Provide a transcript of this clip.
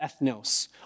ethnos